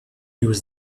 was